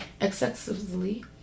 excessively